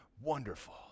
wonderful